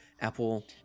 Apple